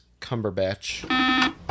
Cumberbatch